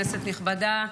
כנסת נכבדה,